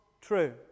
true